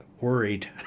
worried